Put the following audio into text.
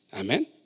Amen